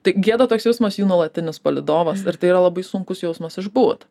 tai gėda toks jausmas jų nuolatinis palydovas ir tai yra labai sunkus jausmas išbūt